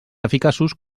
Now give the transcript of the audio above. eficaços